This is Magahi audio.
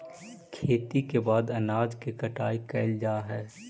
खेती के बाद अनाज के कटाई कैल जा हइ